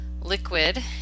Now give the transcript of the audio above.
liquid